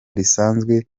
risanzwe